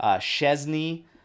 Chesney